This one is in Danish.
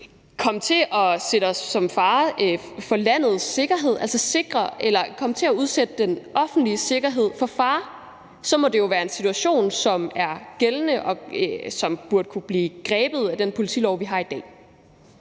med til at sætte landets sikkerhed i fare, altså bringe den offentlige sikkerhed i fare, må det jo være en situation, som er gældende, og som burde kunne blive grebet af den politilov, vi har i dag.